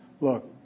Look